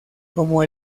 como